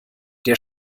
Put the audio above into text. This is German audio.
der